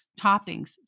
toppings